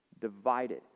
divided